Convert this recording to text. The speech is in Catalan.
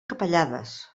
capellades